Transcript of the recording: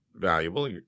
valuable